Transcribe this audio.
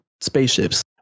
spaceships